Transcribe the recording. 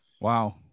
Wow